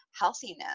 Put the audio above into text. healthiness